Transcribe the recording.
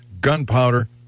gunpowder